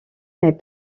mais